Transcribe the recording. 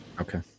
Okay